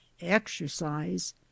exercise